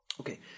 Okay